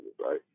right